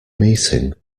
meeting